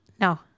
No